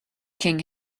king